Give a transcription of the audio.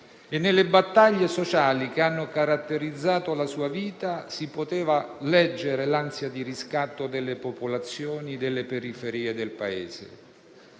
Nelle battaglie sociali che hanno caratterizzato la sua vita si poteva leggere l'ansia di riscatto delle popolazioni delle periferie del Paese.